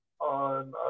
on